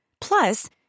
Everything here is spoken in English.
Plus